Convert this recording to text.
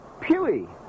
pewee